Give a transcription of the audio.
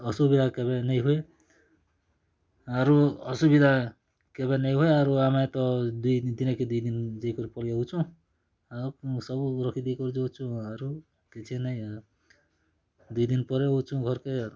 ଅସୁବିଧା କେବେ ନେଇ ହୁଏ ଆରୁ ଅସୁବିଧା କେବେ ନେଇ ହୁଏ ଆରୁ ଆମେ ତ ଦୁଇ ଦିନ୍ କେ ଦୁଇ ଦିନ୍ ଯେଇ କରି ପଳି ଆଉଛୁଁ ଆଉ ସବୁ ରଖି ଦେଇ କରି ଯାଉଛୁଁ ଆରୁ କିଛି ନାଇଁ ଦି ଦିନ୍ ପରେ ଆଉଛୁଁ ଘର୍ କେ ଆର୍